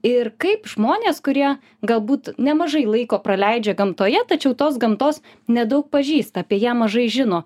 ir kaip žmonės kurie galbūt nemažai laiko praleidžia gamtoje tačiau tos gamtos nedaug pažįsta apie ją mažai žino